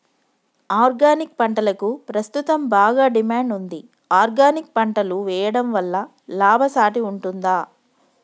Organic పంటలకు ప్రస్తుతం బాగా డిమాండ్ ఉంది ఆర్గానిక్ పంటలు వేయడం వల్ల లాభసాటి ఉంటుందా?